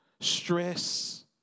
stress